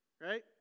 right